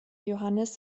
johannes